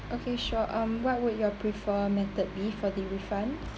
okay sure um what would your prefer method be for the refund